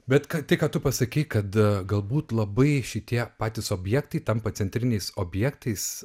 bet ka tai ką tu pasakei kad galbūt labai šitie patys objektai tampa centriniais objektais